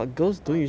a lot